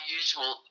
usual